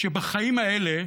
שבחיים האלה,